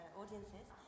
audiences